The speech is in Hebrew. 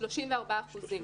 34 אחוזים.